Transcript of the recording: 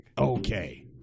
Okay